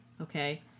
okay